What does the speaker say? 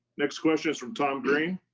next question is from tom green.